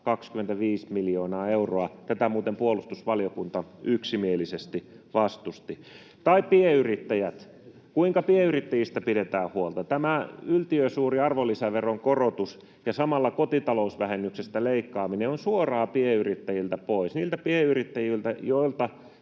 25 miljoonaa euroa — tätä muuten puolustusvaliokunta yksimielisesti vastusti. Tai pienyrittäjät, kuinka pienyrittäjistä pidetään huolta? Tämä yltiösuuri arvonlisäveron korotus ja samalla kotitalousvähennyksestä leikkaaminen ovat suoraan pienyrittäjiltä pois, niiltä pienyrittäjiltä, joilta